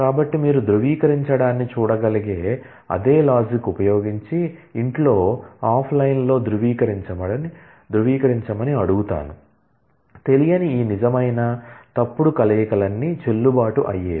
కాబట్టి మీరు ధృవీకరించడాన్ని చూడగలిగే అదే లాజిక్ ఉపయోగించి ఇంట్లో ఆఫ్లైన్లో ధృవీకరించమని అడుగుతాను తెలియని ఈ నిజమైన తప్పుడు కలయికలన్నీ చెల్లుబాటు అయ్యేవి